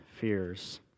fears